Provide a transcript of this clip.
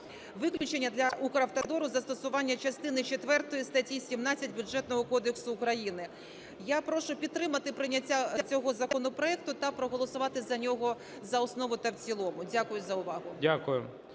виключення для Укравтодору застосування частини четвертої статті 17 Бюджетного кодексу України. Я прошу підтримати прийняття цього законопроекту та проголосувати за нього за основу та в цілому. Дякую за увагу.